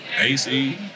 AC